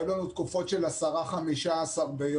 היו לנו תקופות של 10, 15 ביום.